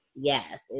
yes